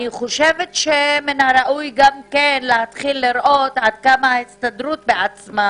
אני חושבת שמן הראוי גם להתחיל לראות עד כמה ההסתדרות בעצמה